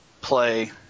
play